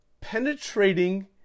penetrating